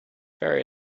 very